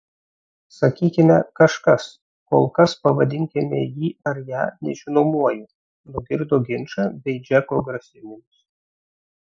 sakykime kažkas kol kas pavadinkime jį ar ją nežinomuoju nugirdo ginčą bei džeko grasinimus